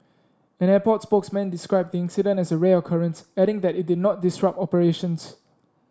an airport spokesman described the incident as a rare occurrence adding that it did not disrupt operations